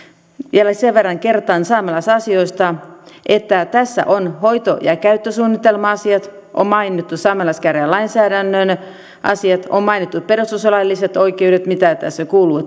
vielä sen verran kertaan saamelaisasioista että tässä on hoito ja käyttösuunnitelma asiat on mainittu saamelaiskäräjien lainsäädännön asiat on mainittu perustuslailliset oikeudet mitä tässä kuuluu